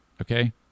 okay